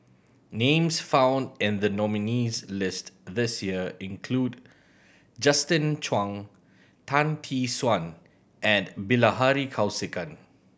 names found in the nominees' list this year include Justin Zhuang Tan Tee Suan and Bilahari Kausikan